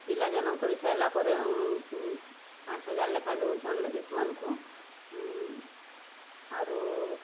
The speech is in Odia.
ପିଲା ଜନମ୍ କରିସାଇଲା ପରେ ପାଞ୍ଚ୍ ହଜାର୍ ଲେଖା ଦଉଛନ୍ ଲେଡ଼ିସ୍ମାନଙ୍କୁ ଆରୁ